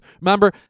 Remember